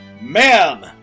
ma'am